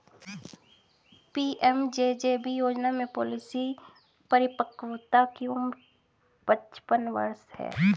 PMJJB योजना में policy परिपक्वता की उम्र पचपन वर्ष है